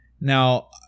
Now